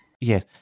Yes